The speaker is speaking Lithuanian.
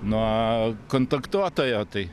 nuo kontaktuotojo tai